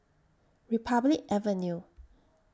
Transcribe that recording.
Republic Avenue